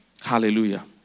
hallelujah